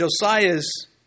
Josiah's